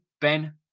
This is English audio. Ben